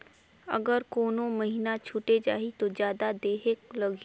अगर कोनो महीना छुटे जाही तो जादा देहेक लगही?